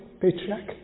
Patriarch